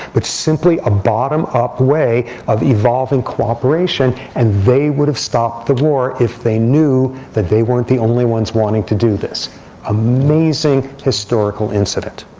but simply a bottom up way of evolving cooperation. and they would have stopped the war if they knew that they weren't the only ones wanting to do this amazing historical incident.